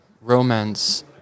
romance